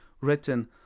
written